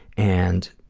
and